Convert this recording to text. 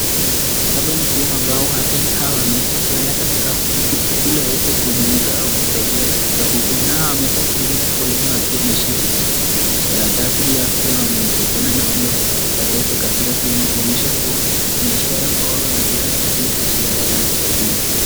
Hapa ni sehemu ambayo wakenya hawa wameweza kuenda katika huku ili waweze kujumuika au kusaidiwa katika huku. Nao wameweza kupiga foleni wakiwa wameshika vijikaratasi wakiwa wameibebana na wale watoto katika sehemu kuonyesha kuwa kuna ishara kuwa wako katika ile ishara ya kusaidiwa.